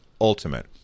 Ultimate